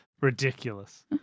Ridiculous